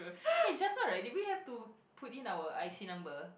eh just now right did we have to put in our I_C number